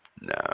No